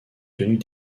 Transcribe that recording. tenue